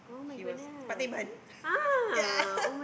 he was tempat Teban ya